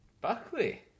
Buckley